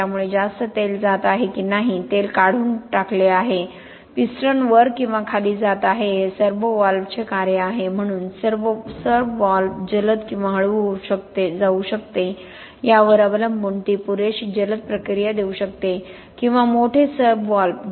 त्यामुळे जास्त तेल जात आहे की नाही तेल काढून टाकले आहे पिस्टन वर किंवा खाली जात आहे हे सर्वोव्हॉल्व्हचे कार्य आहे म्हणून सर्व्हव्हॉल्व्ह जलद किंवा हळू जाऊ शकते यावर अवलंबून ते पुरेशी जलद प्रतिक्रिया देऊ शकते किंवा मोठे सर्व्हव्हॉल्व्ह